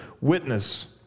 witness